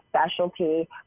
specialty